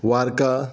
वार्का